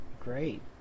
Great